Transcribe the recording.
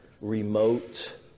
remote